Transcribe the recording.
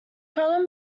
problem